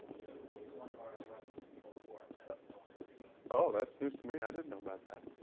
that was one of our our weapons in the cold war that no one ever knew of. professor oh. that's news to me. i didn't know about that.